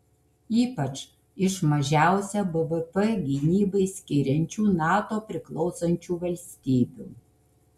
ypač iš mažiausią bvp gynybai skiriančių nato priklausančių valstybių